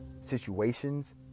situations